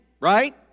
right